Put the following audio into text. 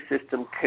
system